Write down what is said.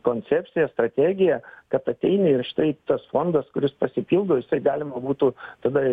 koncepcija strategija kad ateini ir štai tas fondas kuris pasipildo visai galima būtų tada